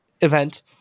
event